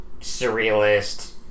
surrealist